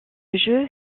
jeu